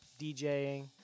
DJing